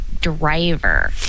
driver